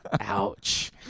Ouch